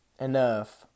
enough